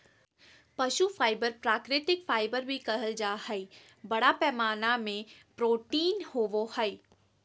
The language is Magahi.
पशु फाइबर प्राकृतिक फाइबर भी कहल जा हइ, बड़ा पैमाना में प्रोटीन होवो हइ